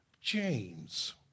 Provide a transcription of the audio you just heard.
James